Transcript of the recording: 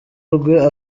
rwe